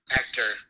actor